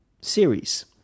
series